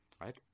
right